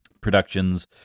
productions